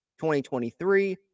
2023